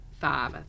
five